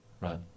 Right